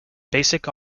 basic